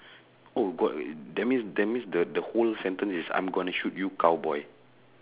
oh god man that means that means the the whole sentence is I'm gonna shoot you cowboy